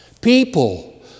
People